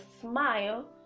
smile